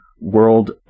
world